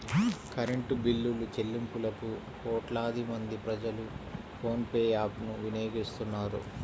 current బిల్లులుచెల్లింపులకు కోట్లాది మంది ప్రజలు ఫోన్ పే యాప్ ను వినియోగిస్తున్నారు